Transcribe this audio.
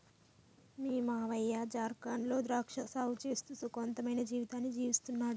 మీ మావయ్య జార్ఖండ్ లో ద్రాక్ష సాగు చేస్తూ సుఖవంతమైన జీవితాన్ని జీవిస్తున్నాడు